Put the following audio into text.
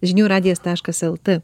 žinių radijas taškas el te